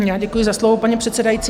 Já děkuji za slovo, paní předsedající.